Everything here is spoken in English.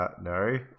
No